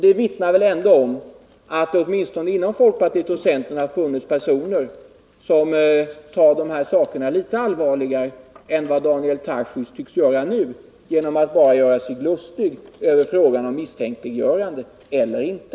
Det vittnar väl ändå om att det inom folkpartiet och centern har funnits personer som tar de här frågorna litet allvarligare än vad Daniel Tarschys tycks göra när han gör sig lustig över om det här beslutet medfört risk för misstänkliggörande eller inte.